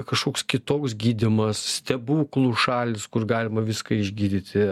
kažkoks kitoks gydymas stebuklų šalys kur galima viską išgydyti